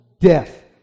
death